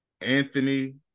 Anthony